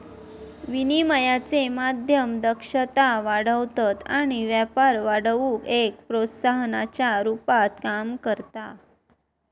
विनिमयाचे माध्यम दक्षता वाढवतत आणि व्यापार वाढवुक एक प्रोत्साहनाच्या रुपात काम करता